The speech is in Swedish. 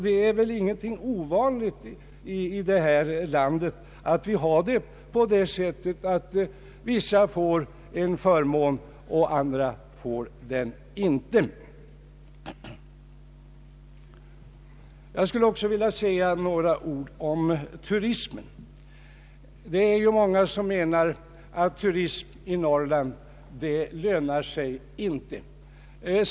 Det är väl ingenting ovanligt i det här landet att vissa får en förmån, andra inte. Jag skulle också vilja säga några ord om turismen. Många menar att turism i Norrland inte lönar sig.